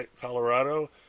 Colorado